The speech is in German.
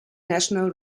national